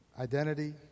Identity